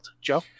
Joe